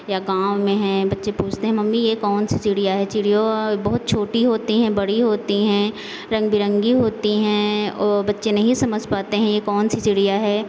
या गाँव में हैं बच्चे पूछते हैं मम्मी ये कौन सी चिड़िया है चिड़ियों और बहुत छोटी होती हैं बड़ी होती हैं रंग बिरंगी होती है ओ बच्चे नहीं समझ पाते हैं ये कौन सी चिड़िया है